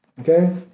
okay